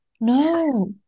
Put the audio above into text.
No